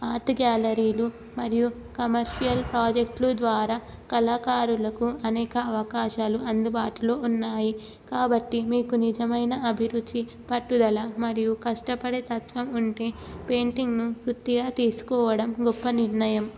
art గ్యాలరీలు మరియు commercial ప్రాజెక్టులు ద్వారా కళాకారులకు అనేక అవకాశాలు అందుబాటులో ఉన్నాయి కాబట్టి మీకు నిజమైన అభిరుచి పట్టుదల మరియు కష్టపడే తత్వం ఉంటే పెయింటింగ్ను వృత్తిగా తీసుకోవడం గొప్ప నిర్ణయం